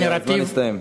כי הזמן הסתיים.